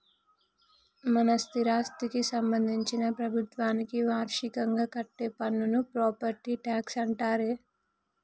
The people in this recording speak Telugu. మన స్థిరాస్థికి సంబందించిన ప్రభుత్వానికి వార్షికంగా కట్టే పన్నును ప్రాపట్టి ట్యాక్స్ అంటారే